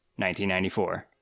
1994